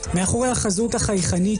החברתי,